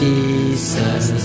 Jesus